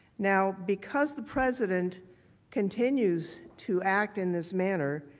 now, because the president continues to act in this manner,